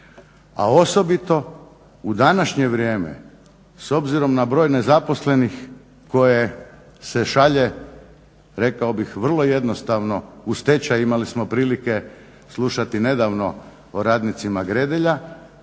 A osobito u današnje vrijeme s obzirom na broj nezaposlenih koje se šalje, rekao bih vrlo jednostavno, u stečaj, imali smo prilike slušati nedavno o radnicima Gredelja